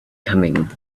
coming